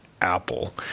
Apple